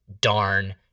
darn